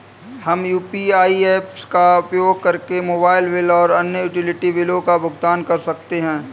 हम UPI apps का उपयोग करके मोबाइल बिल और अन्य यूटिलिटी बिलों का भुगतान कर सकते हैं